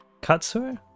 katsu